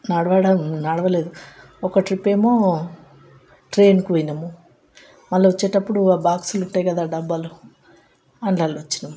నడవడం నడవలేదు ఒక ట్రిప్ ఏమో ట్రైన్కి పోయినాము మళ్ళా వచ్చేటప్పుడు ఆ బాక్స్లు ఉంటాయి కదా డబ్బలు అందుల్లో వచ్చినాం